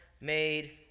made